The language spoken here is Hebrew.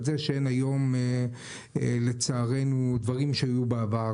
זה שאין היום לצערנו דברים שהיו בעבר,